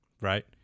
right